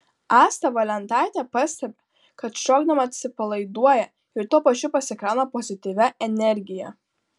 asta valentaitė pastebi kad šokdama atsipalaiduoja ir tuo pačiu pasikrauna pozityvia energija